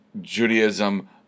Judaism